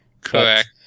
Correct